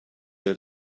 her